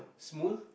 small